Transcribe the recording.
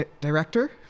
Director